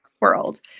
world